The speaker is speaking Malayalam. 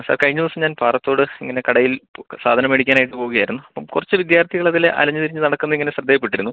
സാർ കഴിഞ്ഞ ദിവസം ഞാൻ പാറത്തോട് ഇങ്ങനെ കടയിൽ സാധനം മേടിക്കാനായിട്ട് പോകുകയായിരുന്നു അപ്പം കുറച്ച് വിദ്യാർത്ഥികൾ അതിലേ അലഞ്ഞ് തിരിഞ്ഞ് നടക്കുന്നത് ഇങ്ങനെ ശ്രദ്ധയിൽ പെട്ടിരുന്നു